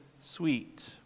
sweet